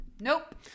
Nope